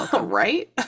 Right